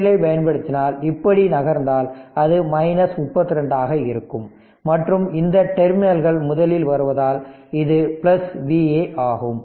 L ஐ பயன்படுத்தினால் இப்படி நகர்ந்தால் அது 32 ஆக இருக்கும் மற்றும் இந்த டெர்மினல்கள் முதலில் வருவதால் இது Va ஆகும்